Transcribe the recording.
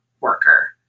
worker